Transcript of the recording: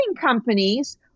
companies